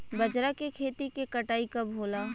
बजरा के खेती के कटाई कब होला?